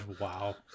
wow